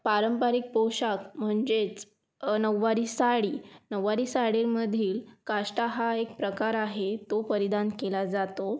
पारंपरिक पोशाख म्हणजेच नऊवारी साडी नऊवारी साडीमधील काष्टा हा एक प्रकार आहे तो परिधान केला जातो